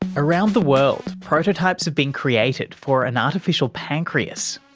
around the world, prototypes have been created for an artificial pancreas,